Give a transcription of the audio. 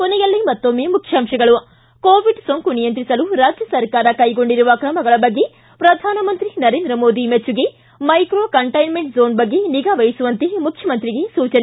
ಕೊನೆಯಲ್ಲಿ ಮತ್ತೊಮ್ಬೆ ಮುಖ್ಯಾಂಶಗಳು ಿ ಕೋವಿಡ್ ಸೋಂಕು ನಿಯಂತ್ರಿಸಲು ರಾಜ್ಯ ಸರ್ಕಾರ ಕೈಗೊಂಡಿರುವ ಕ್ರಮಗಳ ಬಗ್ಗೆ ಪ್ರಧಾನಮಂತ್ರಿ ನರೇಂದ್ರ ಮೋದಿ ಮೆಚ್ಚುಗೆ ಮೈಕ್ರೋ ಕಂಟೈನ್ಬೆಂಟ್ ಝೋನ್ ಬಗ್ಗೆ ನಿಗಾ ವಹಿಸುವಂತೆ ಮುಖ್ಯಮಂತ್ರಿಗೆ ಸೂಚನೆ